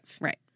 Right